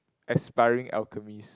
aspiring alchemist